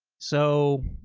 so